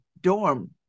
dorm